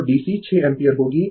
तो dc 6 ampere होगी